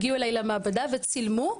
הגיעו אליי למעבדה וצילמו,